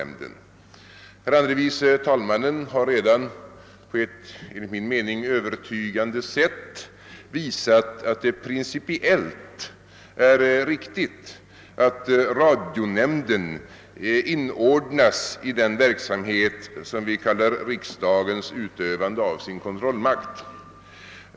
Herr andre vice talmannen har redan på ett enligt min mening övertygande sätt visat att det principiellt är riktigt att radionämnden inordnas i den verksamhet som vi kallar riksdagens utövande av sin kontrollmakt.